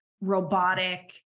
Robotic